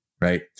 Right